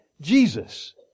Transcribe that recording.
Jesus